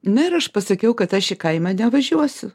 nu ir aš pasakiau kad aš į kaimą nevažiuosiu